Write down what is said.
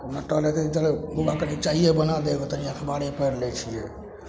कोहुना टहलैते चलू घूमब कनि चाइए बना देब तनि अखबारे पढ़ि लै छियै